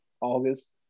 August